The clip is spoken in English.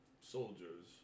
soldiers